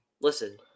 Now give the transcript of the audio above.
listen